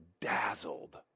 dazzled